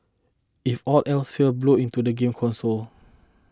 if all else fails blow into the game console